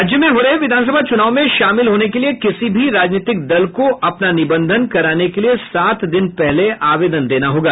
राज्य में हो रहे विधानसभा चुनाव में शामिल होने के लिये किसी भी राजनीतिक दल को अपना निबंधन कराने के लिये सात दिन पहले आवेदन देना होगा